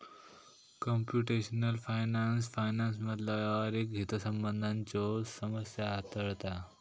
computational finance फायनान्समधला व्यावहारिक हितसंबंधांच्यो समस्या हाताळता